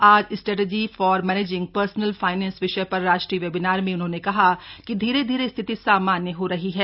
आज strategy for managing personal finance विषय पर राष्ट्रीय वेबिनार में उन्होंने कहा कि धीरे धीरे स्थिति सामान्य हो रही है